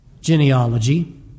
genealogy